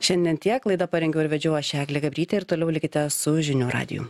šiandien tiek laidą parengiau ir vedžiau aš eglė gabrytė ir toliau likite su žinių radiju